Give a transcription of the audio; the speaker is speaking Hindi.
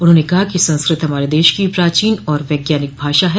उन्होंने कहा कि संस्कृत हमारे देश की प्राचीन और वैज्ञानिक भाषा है